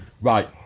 right